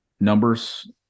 numbers